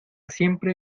siempre